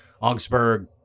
Augsburg